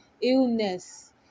illness